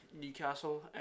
Newcastle